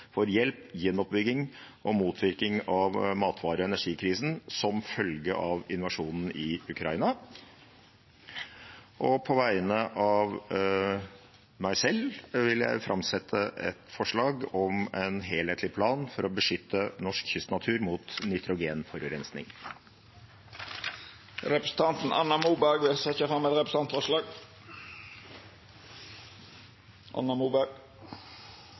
for hjelp, gjenoppbygging og motvirking av matvare- og energikrisen som følge av Russlands invasjon av Ukraina. På vegne av meg selv vil jeg framsette et forslag om en helhetlig plan for å beskytte norsk kystnatur mot nitrogenforurensing. Representanten Anna Molberg vil setja fram eit representantforslag.